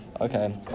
Okay